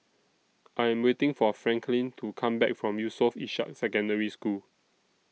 I Am waiting For Franklyn to Come Back from Yusof Ishak Secondary School